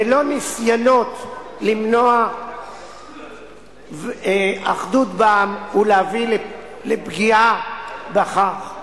ולא ניסיונות למנוע אחדות בעם ולהביא לפגיעה בכך.